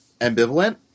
ambivalent